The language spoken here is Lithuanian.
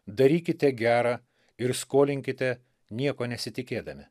darykite gera ir skolinkite nieko nesitikėdami